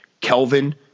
Kelvin